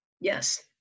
Yes